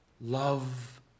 Love